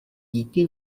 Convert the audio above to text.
díky